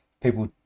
people